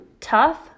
tough